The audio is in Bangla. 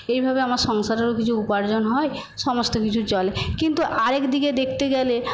এইভাবে আমার সংসারেরও কিছু উপার্জন হয় সমস্ত কিছু চলে কিন্তু আরেকদিকে দেখতে গেলে